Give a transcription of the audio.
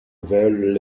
veulent